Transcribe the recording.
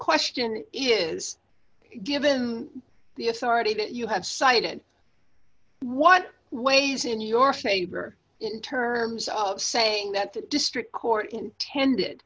question is given the authority that you have cited what weighs in your favor in terms of saying that the district court intended